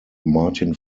martin